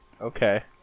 Okay